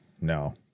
No